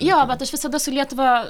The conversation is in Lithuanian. jo vat aš visada su lietuva